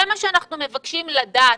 זה מה שאנחנו רוצים לדעת.